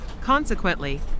Consequently